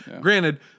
Granted